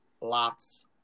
lots